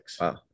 Wow